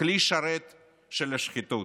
כלי שרת של השחיתות.